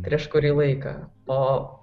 prieš kurį laiką o